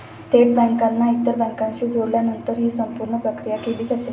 थेट बँकांना इतर बँकांशी जोडल्यानंतरच ही संपूर्ण प्रक्रिया केली जाते